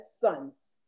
sons